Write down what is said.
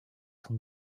son